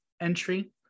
entry